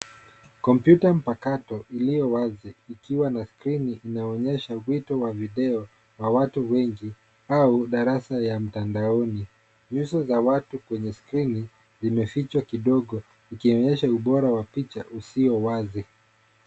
Kompyuta mpakato iliyo wazi ikiwa na skrini inayoonyesha wito wa video wa watu wengi au darasa ya mtandaoni. Nyuso za watu kwenye skrini zimefichwa kidogo zikionyesha ubora wa picha usio wazi.